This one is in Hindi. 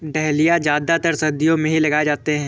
डहलिया ज्यादातर सर्दियो मे ही लगाये जाते है